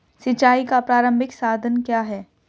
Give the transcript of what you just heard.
सिंचाई का प्रारंभिक साधन क्या है?